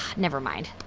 never mind.